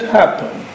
happen